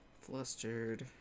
flustered